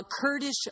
Kurdish